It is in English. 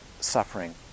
suffering